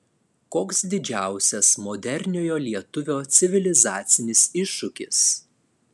koks didžiausias moderniojo lietuvio civilizacinis iššūkis